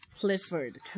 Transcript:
Clifford